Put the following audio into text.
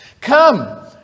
Come